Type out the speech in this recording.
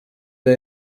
the